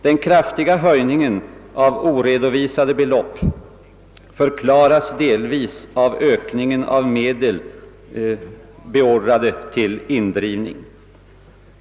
Den kraftiga höjningen av oredovisade belopp förklaras delvis av ökningen av medel beordrade till indrivning.